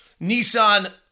Nissan